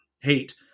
hate